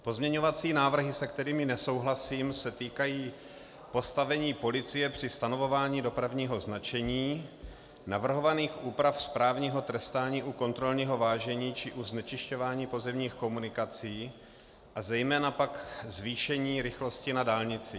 Pozměňovací návrhy, se kterými nesouhlasím, se týkají postavení policie při stanovování dopravního značení, navrhovaných úprav správního trestání u kontrolního vážení či u znečišťování pozemních komunikací, a zejména pak zvýšení rychlosti na dálnicích.